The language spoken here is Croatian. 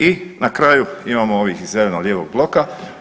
I na kraju imamo ovih iz Zeleno-lijevog bloka.